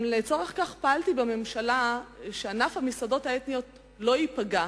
לצורך כך גם פעלתי בממשלה כדי שענף המסעדות האתניות לא ייפגע.